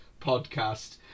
podcast